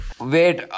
Wait